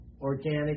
organic